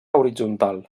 horitzontal